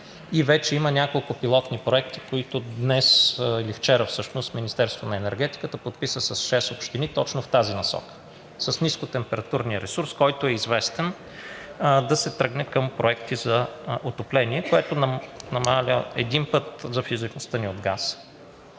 Вече има няколко пилотни проекта, които вчера Министерството на енергетиката подписа с шест общини точно в тази насока – с нискотемпературния ресурс, който е известен, да се тръгне към проекти за отопление, което намалява един път зависимостта ни от газ